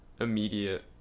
immediate